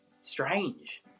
strange